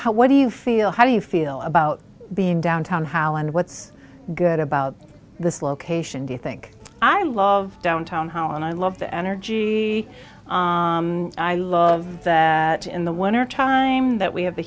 highland what do you feel how do you feel about being downtown how and what's good about this location do you think i love downtown how and i love the energy i love that in the winter time that we have the